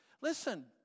Listen